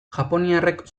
japoniarrek